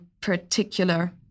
particular